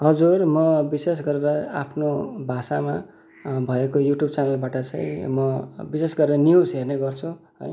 हजुर म विशेष गरेर आफ्नो भाषामा भएको युट्युब च्यानलबाट चाहिँ म विशेष गरेर न्युज हेर्ने गर्छु है